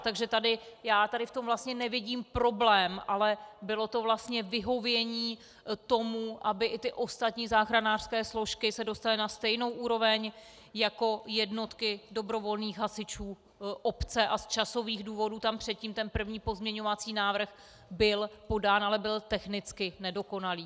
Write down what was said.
Takže já tady v tom vlastně nevidím problém, ale bylo to vlastně vyhovění tomu, aby i ty ostatní záchranářské složky se dostaly na stejnou úroveň jako jednotky dobrovolných hasičů obce, a z časových důvodů tam předtím ten první pozměňovací návrh byl podán, ale byl technicky nedokonalý.